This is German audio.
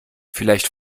vielleicht